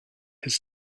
his